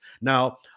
Now